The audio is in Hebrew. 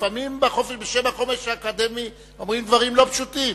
לפעמים בשם החופש האקדמי אומרים דברים לא פשוטים,